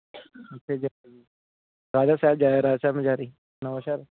ਰਾਜਾ ਸਾਹਿਬ ਜਾ ਆਇਓ ਰਾਜਾ ਸਾਹਿਬ ਮਜਾਰੀ ਨਵਾ ਸ਼ਹਿਰ